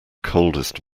coldest